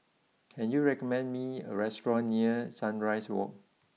can you recommend me a restaurant near Sunrise walk